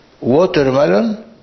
watermelon